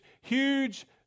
huge